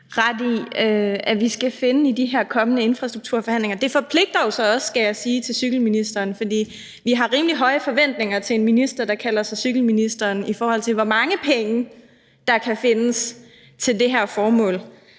ret i vi skal finde i de kommende infrastrukturforhandlinger. Det forpligter jo så også, skal jeg sige til cykelministeren, for vi har rimelig høje forventninger til en minister, der kalder sig cykelminister, i forhold til hvor mange penge der kan findes til det her formål.